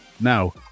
Now